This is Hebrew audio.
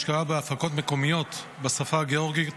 השקעה בהפקות מקומיות בשפה הגאורגית),